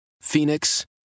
Phoenix